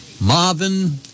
Marvin